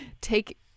take